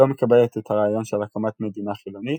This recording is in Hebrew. לא מקבלת את הרעיון של הקמת מדינה חילונית,